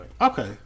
Okay